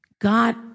God